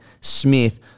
Smith